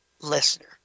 listener